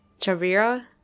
Chavira